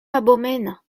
abomena